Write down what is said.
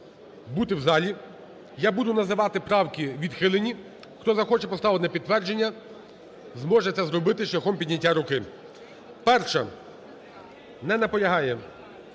бути в залі. Я буду називати правки відхилені, хто захоче поставити на підтвердження, зможе це зробити шляхом підняття руки. 1-а. Не наполягає.